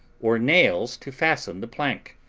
or nails to fasten the plank.